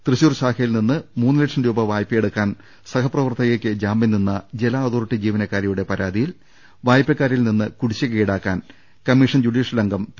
തൃശൂർ ശാഖയിൽനിന്ന് മൂന്ന് ലക്ഷം രൂപ വായ്പ യെടുക്കാൻ സഹപ്രവർത്തകയ്ക്ക് ജാമ്യംനിന്ന ജല അതോറിറ്റി ജീവന ക്കാരിയുടെ പരാതിയിൽ വായ്പക്കാരിയിൽനിന്ന് കുടിശ്ശിക ഈടാക്കാൻ കമ്മിഷൻ ജുഡീഷ്യൽ അംഗം പി